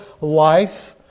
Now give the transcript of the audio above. life